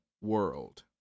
world